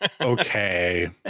Okay